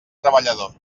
treballador